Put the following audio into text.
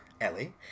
Ellie